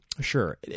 Sure